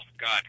God